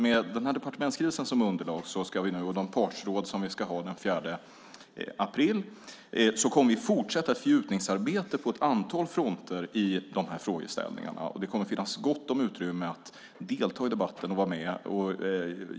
Med den här departementsskrivelsen som underlag och de partsråd som vi ska ha den 4 april kommer vi att fortsätta ett fördjupningsarbete på ett antal fronter i de här frågeställningarna. Det kommer att finnas gott om utrymme att delta i debatten.